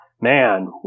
man